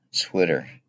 Twitter